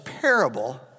parable